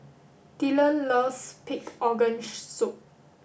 Dylan loves pig organ soup